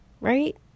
right